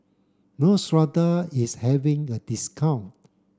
Neostrata is having a discount